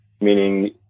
Meaning